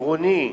עירוני,